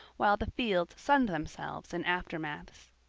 while the fields sunned themselves in aftermaths.